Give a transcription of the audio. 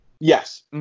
Yes